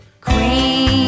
queen